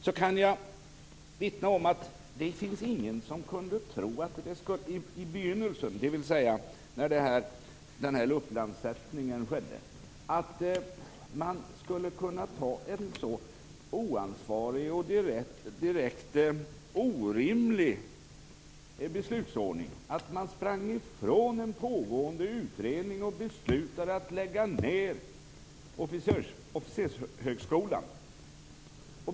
Jag kan därför vittna om att det i begynnelsen, dvs. när den här luftlandsättningen skedde, inte fanns någon som ville tro att man har en så oansvarig och direkt orimlig beslutsordning att man springer ifrån en pågående utredning och beslutar att lägga ned officershögskolan.